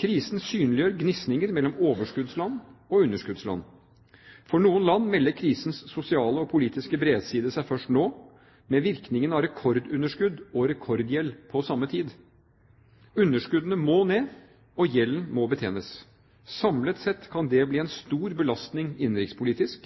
Krisen synliggjør gnisninger mellom overskuddsland og underskuddsland. For noen land melder krisens sosiale og politiske bredside seg først nå – med virkningene av rekordunderskudd og rekordgjeld på samme tid. Underskuddene må ned, og gjelden må betjenes. Samlet sett kan det bli en stor belastning innenrikspolitisk.